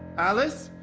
alice?